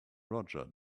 roger